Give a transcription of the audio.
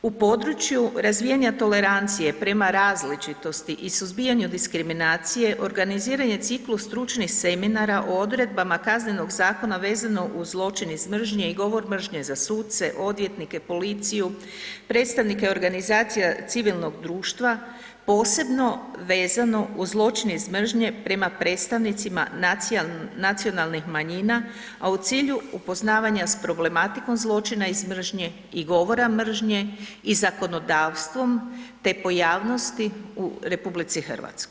U području razvijanja tolerancije prema različitosti i suzbijanje od diskriminacije organiziran je ciklus stručnih seminara o odredbama Kaznenog zakona vezano uz zločin iz mržnje i govor mržnje za suce, odvjetnike, policiju, predstavnike organizacija civilnog društva, posebno vezano uz zločin iz mržnje prema predstavnicima nacionalnih manjina, a u cilju upoznavanja s problematikom zločina iz mržnje i govora mržnje i zakonodavstvom, te pojavnosti u RH.